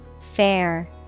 Fair